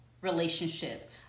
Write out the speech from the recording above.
relationship